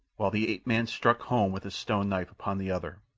while the ape-man struck home with his stone knife upon the other,